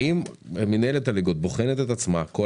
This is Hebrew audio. האם מינהלת הליגות בוחנת את עצמה כל